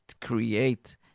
create